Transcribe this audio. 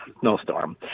snowstorm